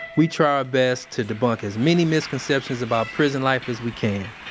we try our best to debunk as many misconceptions about prison life as we can.